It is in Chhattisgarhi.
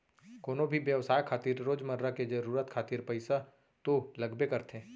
कोनो भी बेवसाय खातिर रोजमर्रा के जरुरत खातिर पइसा तो लगबे करथे